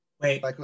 wait